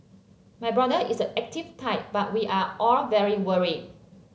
my brother is the active type but we are all very worried